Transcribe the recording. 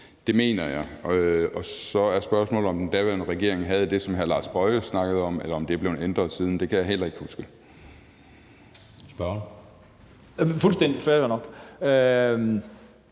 Det mener jeg. Og så er spørgsmålet, om den daværende regering havde det, som hr. Lars Boje Mathiesen snakkede om, eller om det er blevet ændret siden. Det kan jeg heller ikke huske. Kl. 14:26 Anden næstformand